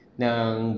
ng